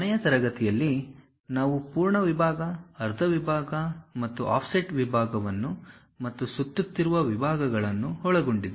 ಕೊನೆಯ ತರಗತಿಯಲ್ಲಿ ನಾವು ಪೂರ್ಣ ವಿಭಾಗ ಅರ್ಧ ವಿಭಾಗ ಮತ್ತು ಆಫ್ಸೆಟ್ ವಿಭಾಗವನ್ನು ಮತ್ತು ಸುತ್ತುತ್ತಿರುವ ವಿಭಾಗಗಳನ್ನು ಒಳಗೊಂಡಿದೆ